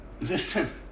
Listen